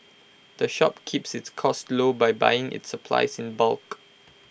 the shop keeps its costs low by buying its supplies in bulk